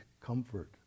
comfort